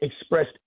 expressed